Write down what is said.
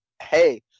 hey